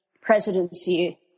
presidency